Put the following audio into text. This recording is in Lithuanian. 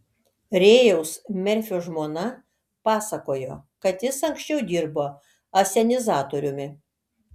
rėjaus merfio žmona pasakojo kad jis anksčiau dirbo asenizatoriumi